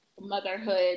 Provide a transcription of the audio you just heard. motherhood